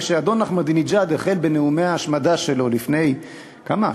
כשאדון אחמדינג'אד החל בנאומי ההשמדה שלו לפני כמה,